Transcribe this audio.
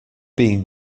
being